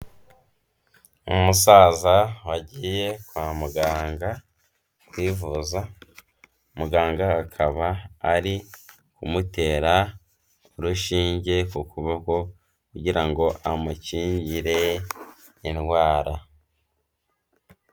Umusaza wagiye kwa muganga kwivuza, muganga akaba ari kumutera urushinge ku kuboko kugira ngo amukingire indwara.